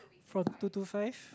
from two to five